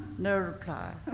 no reply.